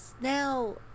now